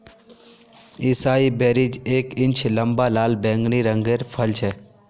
एसाई berries एक inch लंबा लाल बैंगनी रंगेर फल छे